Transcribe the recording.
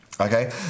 okay